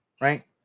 right